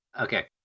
Okay